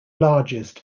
largest